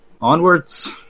Onwards